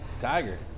Tiger